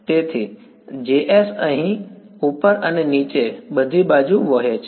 તેથી Js અહીં ઉપર અને નીચે બધી બાજુ વહે છે